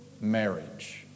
marriage